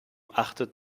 achtet